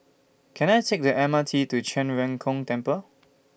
Can I Take The M R T to Zhen Ren Gong Temple